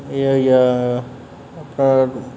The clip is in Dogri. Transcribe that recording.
एह् होई गेआ अपना